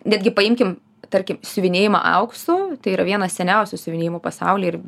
netgi paimkim tarkim siuvinėjimą auksu tai yra vienas seniausių siuvinėjimų pasaulyje ir